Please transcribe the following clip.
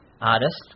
artist